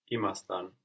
imastan